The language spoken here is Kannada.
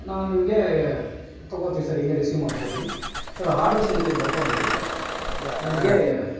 ನಾನು ನಿಮಗೆ ತಗೊಳ್ತೀವಿ ಸರ್ ಇಲ್ಲೇ ರಿಸೀವ್ ಮಾಡ್ಕೊಳ್ತೀವಿ ಸರ್ ಹಾರ್ಡ್ರಸ್ ಹೇಳ್ತೀನಿ ಬರ್ಕೊಂಡ್ಬಿಡಿ ನನಗೆ